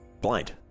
blind